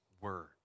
Word